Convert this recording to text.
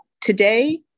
Today